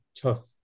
tough